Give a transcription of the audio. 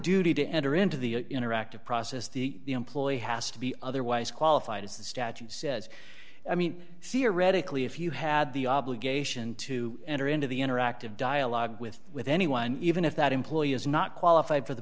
duty to enter into the interactive process the employee has to be otherwise qualified as the statute says i mean seriously if you had the obligation to enter into the interactive dialogue with with anyone even if that employee is not qualified for the